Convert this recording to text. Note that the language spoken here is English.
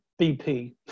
BP